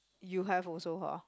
you have also !huh!